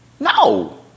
No